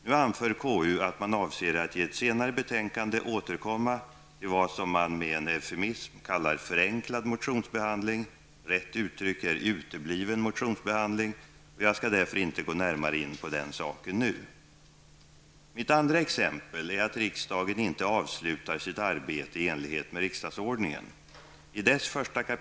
Nu anför KU att man avser att i ett senare betänkande återkomma till vad som med en eufemism kallas ''förenklad'' motionsbehandling -- rätt uttryck är ''utebliven'' motionsbehandling -- och jag skall därför inte gå närmare in på den saken nu. Mitt andra exempel är att riksdagen inte avslutar sitt arbete i enlighet med riksdagsordningen.